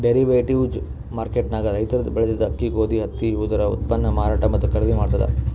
derivatives market ದಾಗ್ ರೈತರ್ ಬೆಳೆದಿದ್ದ ಅಕ್ಕಿ ಗೋಧಿ ಹತ್ತಿ ಇವುದರ ಉತ್ಪನ್ನ್ ಮಾರಾಟ್ ಮತ್ತ್ ಖರೀದಿ ಮಾಡ್ತದ್